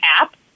app